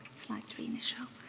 slide three, michelle.